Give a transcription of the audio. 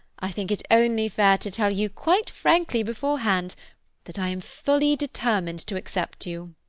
i think it only fair to tell you quite frankly before-hand that i am fully determined to accept you.